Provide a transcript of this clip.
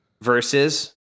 versus